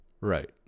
Right